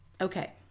Okay